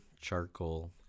charcoal